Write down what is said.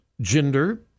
gender